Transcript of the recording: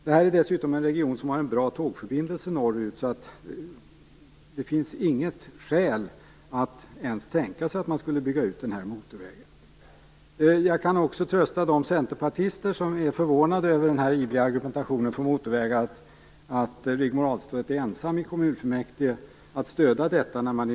Detta är dessutom en region som har bra tågförbindelser norrut. Det finns inget skäl att ens tänka sig att bygga ut motorvägen. Jag kan också trösta de centerpartister som är förvånade över denna ivriga argumentation för motorvägar att Rigmor Ahlstedt är ensam i kommunfullmäktige att stödja detta förslag.